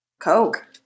Coke